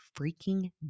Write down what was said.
freaking